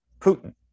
Putin